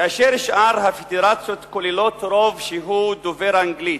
כאשר שאר הפדרציות כוללות רוב שהוא דובר אנגלית.